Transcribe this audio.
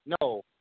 No